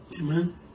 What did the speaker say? amen